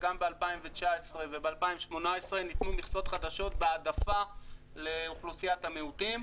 וגם ב-2019 ו-2018 ניתנו מכסות חדשות בהעדפה לאוכלוסיית המיעוטים,